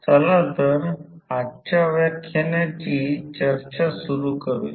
चला तर आजच्या व्याख्यानाची चर्चा सुरू करूया